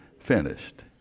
finished